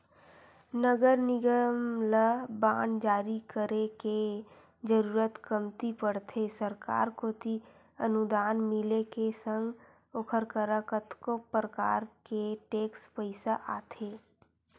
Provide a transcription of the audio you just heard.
नगर निगम ल बांड जारी करे के जरुरत कमती पड़थे सरकार कोती अनुदान मिले के संग ओखर करा कतको परकार के टेक्स पइसा आथे